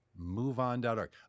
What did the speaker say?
MoveOn.org